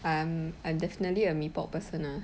um I'm definitely a mee pok person ah